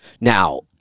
Now